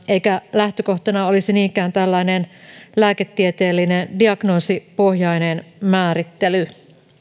eikä lähtökohtana olisi niinkään lääketieteellinen diagnoosipohjainen määrittely